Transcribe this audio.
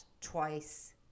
twice